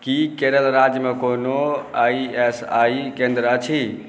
कि केरल राज्यमे कोनो आइ एस आइ केन्द्र अछि